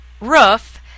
roof